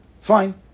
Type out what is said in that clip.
Fine